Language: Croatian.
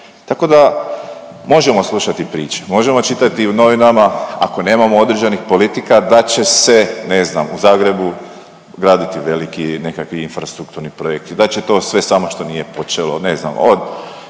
Tako da možemo slušati priče, možemo čitati u novinama ako nemamo određenih politika da će se ne znam u Zagrebu graditi veliki nekakvi infrastrukturni projekti, da će to sve samo što nije počelo, ne znam od